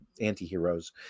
anti-heroes